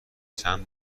چند